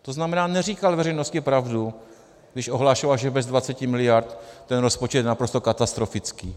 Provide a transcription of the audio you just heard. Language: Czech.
To znamená, neříkal veřejnosti pravdu, když ohlašoval, že bez 20 miliard je ten rozpočet naprosto katastrofický.